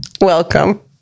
Welcome